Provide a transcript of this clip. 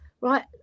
right